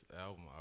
album